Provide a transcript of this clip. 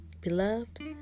Beloved